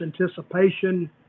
anticipation